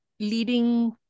Leading